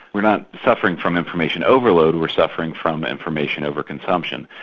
we're not suffering from information overload, we're suffering from information over-consumption.